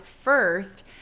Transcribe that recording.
First